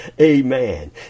Amen